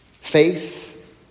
Faith